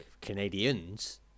Canadians